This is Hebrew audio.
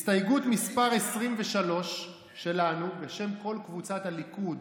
הסתייגות מס' 26 שלנו, בשם כל קבוצת הליכוד,